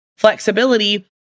Flexibility